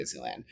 Disneyland